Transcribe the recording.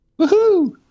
Woohoo